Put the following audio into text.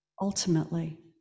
ultimately